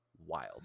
wild